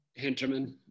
Hinterman